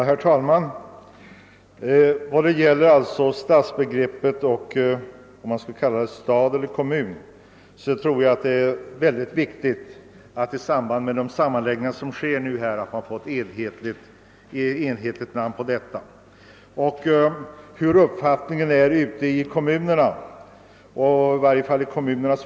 Herr talman! Jag tror att det är viktigt att man i samband med de kommunsammanläggningar som företas får en enhetlig benämning, en uppfattning som förekommer ute i kommunerna.